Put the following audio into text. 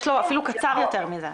יש לו אפילו קצר יותר מזה.